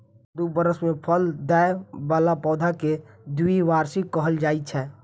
दू बरस मे फल दै बला पौधा कें द्विवार्षिक कहल जाइ छै